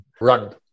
run